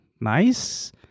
Nice